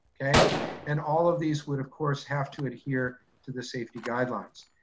um and all of these would of course have to adhere to the safety guidelines.